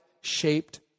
shaped